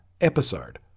episode